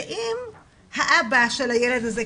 שאם האבא של הילד הזה,